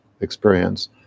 experience